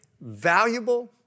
valuable